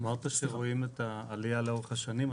אמרת שרואים את העלייה לאורך השנים.